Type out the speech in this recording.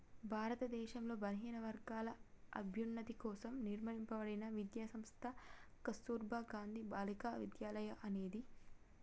భారతదేశంలో బలహీనవర్గాల అభ్యున్నతి కోసం నిర్మింపబడిన విద్యా సంస్థ కస్తుర్బా గాంధీ బాలికా విద్యాలయ అనేది